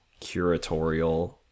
curatorial